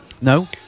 No